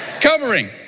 Covering